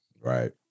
right